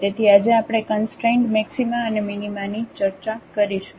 તેથી આજે આપણે કંસ્ટ્રેઇન્ડ મેક્સિમાઅને મિનિમાની ચર્ચા કરીશું